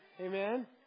Amen